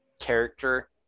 character